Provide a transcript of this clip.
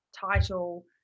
title